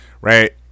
right